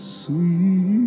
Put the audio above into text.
Sweet